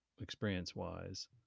experience-wise